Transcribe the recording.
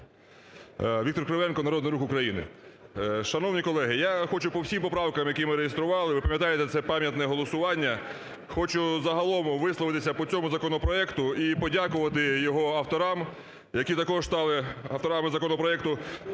Віктор Кривенко, Народний Рух України. Шановні колеги, я хочу по всім поправкам, які ми реєстрували, ви пам'ятаєте це пам'ятне голосування. Хочу загалом висловитися по цьому законопроекту і подякувати його авторам, які також стали авторами законопроекту